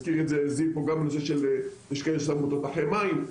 יש כאלה ששמו תותחי מים,